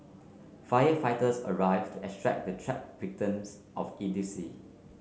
firefighters arrived to extract the trapped victims of idiocy